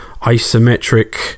isometric